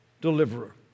deliverer